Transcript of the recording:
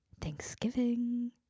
Thanksgiving